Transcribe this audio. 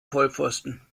vollpfosten